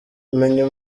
menya